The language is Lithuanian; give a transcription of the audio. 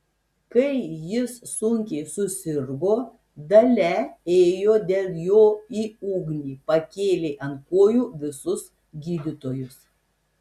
kai jis sunkiai susirgo dalia ėjo dėl jo į ugnį pakėlė ant kojų visus gydytojus